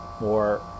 more